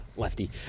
Lefty